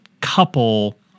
couple